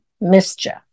mischief